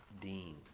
Dean